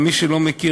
ומי שלא מכיר,